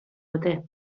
ote